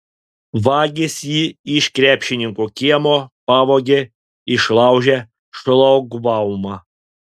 vagys jį iš krepšininko kiemo pavogė išlaužę šlagbaumą